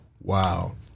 Wow